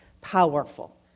powerful